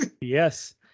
Yes